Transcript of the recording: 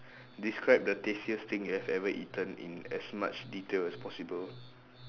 describe the tastiest thing you have ever eaten in as much detail as possible